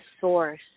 source